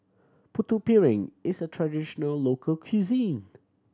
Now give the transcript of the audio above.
Putu Piring is a traditional local cuisine